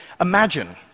Imagine